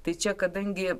tai čia kadangi